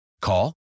Call